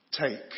Take